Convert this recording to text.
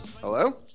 hello